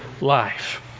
life